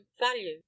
value